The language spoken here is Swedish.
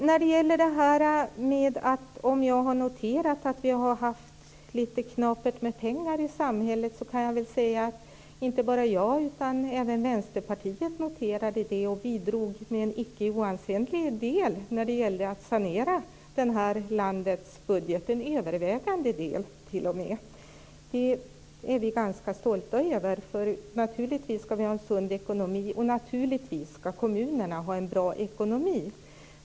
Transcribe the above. När det gäller frågan om jag har noterat att vi har haft litet knapert med pengar i samhället, kan jag väl säga att inte bara jag utan även Vänsterpartiet noterade det. Vi bidrog med en icke oansenlig del när det gällde att sanera det här landets budget, en övervägande del t.o.m. Det är vi ganska stolta över. Vi skall naturligtvis ha en sund ekonomi. Naturligtvis skall kommunerna ha en bra ekonomi.